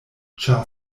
ĉar